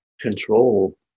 control